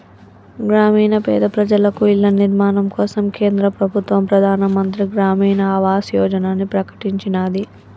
గ్రామీణ పేద ప్రజలకు ఇళ్ల నిర్మాణం కోసం కేంద్ర ప్రభుత్వం ప్రధాన్ మంత్రి గ్రామీన్ ఆవాస్ యోజనని ప్రకటించినాది